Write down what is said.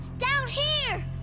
down here!